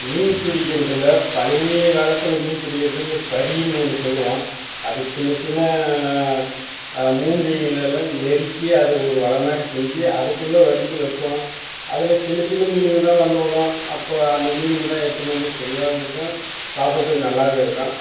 மீன் பிடிக்கிறதுல பழைய காலத்தில் மீன் பிடிக்கிறது வந்து பரின்னு ஒன்று சொல்லுவோம் அது சின்னச் சின்ன மூங்கில்களெல்லாம் நெருக்கி அதை ஒரு வலை மாதிரி செஞ்சி அதுக்குள்ளே வந்து வைப்போம் அதில் சின்னச் சின்ன மீனுங்கள் தான் வந்து விழும் அப்போ அந்த மீனுங்கள் தான் எடுத்துன்னு வந்து சுவையாகவும் இருக்கும் சாப்புடுறதுக்கு நல்லாக இருக்கும்